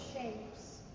shapes